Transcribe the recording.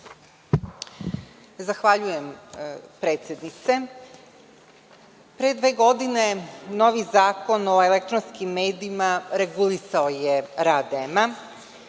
Zahvaljujem, predsednice. Pre dve godine novi Zakon o elektronskim medijima regulisao je rad REM-a.